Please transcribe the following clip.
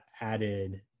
added